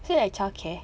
so like childcare